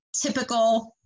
typical